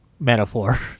metaphor